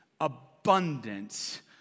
abundance